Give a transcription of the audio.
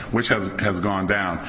which has has gone down.